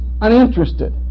uninterested